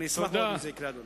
אני אשמח מאוד אם זה יקרה, אדוני.